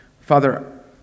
Father